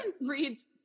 reads